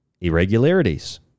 irregularities